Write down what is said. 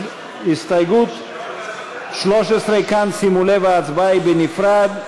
הסתייגות 13, שימו לב, ההצבעה כאן בנפרד.